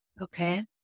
okay